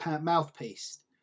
mouthpiece